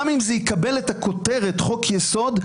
גם אם זה יקבל את הכותרת חוק יסוד,